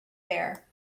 bare